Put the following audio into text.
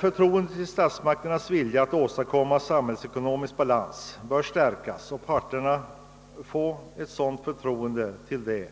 Förtroendet för statsmakternas vilja att åstadkomma samhällsekonomisk balans bör stärkas, och parterna bör få ett sådant förtroende till denna,